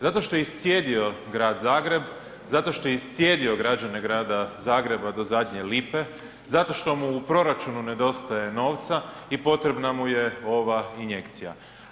Zato što je iscijedio grad Zagreb, zato što je iscijedio građane grada Zagreba do zadnje lipe, zato što mu u proračunu nedostaje novca i potrebna mu je ova injekcija.